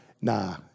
nah